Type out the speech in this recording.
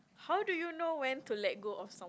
how do you know when to let go of some